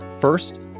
First